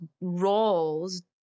roles